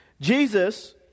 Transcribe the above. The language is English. Jesus